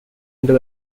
under